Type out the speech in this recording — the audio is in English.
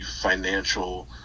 financial